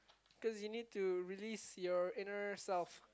cause you need to release your inner self